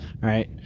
Right